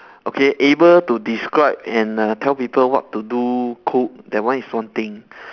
okay able to describe and uh tell people what to do cook that one is one thing